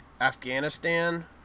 Afghanistan